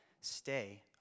stay